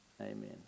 amen